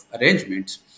arrangements